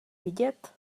vidět